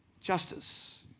Justice